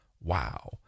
Wow